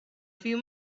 few